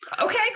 Okay